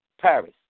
Paris